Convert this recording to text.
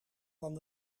van